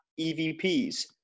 EVPs